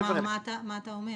כלומר מה אתה אומר?